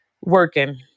working